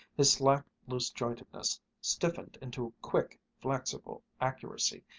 his slack loose-jointedness stiffened into quick, flexible accuracy,